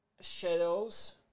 shadows